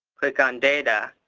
click on data,